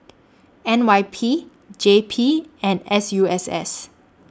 N Y P J P and S U S S